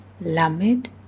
lamed